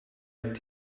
het